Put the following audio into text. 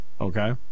okay